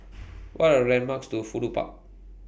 What Are landmarks to Fudu Park